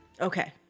Okay